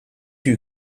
you